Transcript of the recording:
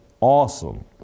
awesome